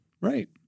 Right